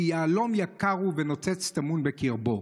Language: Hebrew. כי יהלום יקר ונוצץ טמון בקרבו.